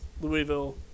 louisville